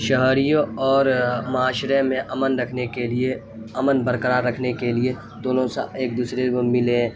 شہریوں اور معاشرے میں امن رکھنے کے لیے امن برقرار رکھنے کے لیے دونوں ایک دوسرے کو ملیں